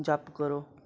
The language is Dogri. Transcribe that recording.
जप करो